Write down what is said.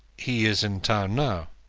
he is in town now.